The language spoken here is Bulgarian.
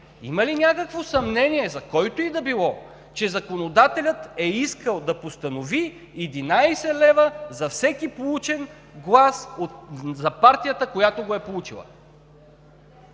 Има ли някакво съмнение за който и да било, че законодателят е искал да постанови 11 лв. за всеки получен глас за партията, която го е получила?